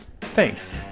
Thanks